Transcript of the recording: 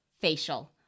Facial